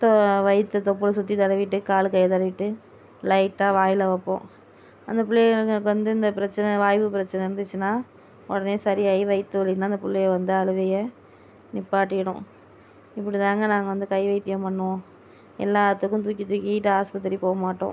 வயிற்றை தொப்புளை சுற்றி தடவிட்டு கால் கையை தடவிட்டு லைட்டாக வாயில் வைப்போம் அந்த பிள்ளைகளுக்கு வந்து இந்த பிரச்சனை வாய்வு பிரச்சனை வந்துச்சினால் உடனே சரியாகி வயிற்று வலினால் இந்த பிள்ளைவோ வந்து அழுகைய நிப்பாட்டிடும் இப்படி தாங்க நாங்கள் வந்து கை வைத்தியம் பண்ணுவோம் எல்லாத்துக்கும் தூக்கி தூக்கிக்கிட்டு ஆஸ்பத்திரி போகமாட்டோம்